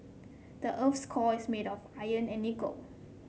the earth's core is made of iron and nickel